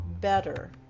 better